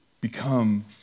become